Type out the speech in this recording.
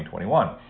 2021